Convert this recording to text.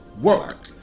work